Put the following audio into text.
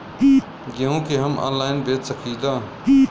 गेहूँ के हम ऑनलाइन बेंच सकी ला?